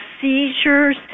seizures